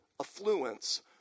affluence